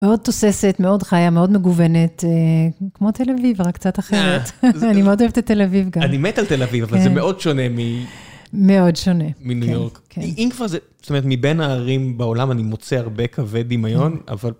מאוד תוססת, מאוד חיה, מאוד מגוונת, כמו תל אביב, רק קצת אחרת. אני מאוד אוהבת את תל אביב גם. אני מת על תל אביב, אבל זה מאוד שונה מי. מאוד שונה. מניו יורק. כן. אם כבר זה... זאת אומרת, מבין הערים בעולם אני מוצא הרבה קווי דמיון,